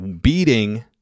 beating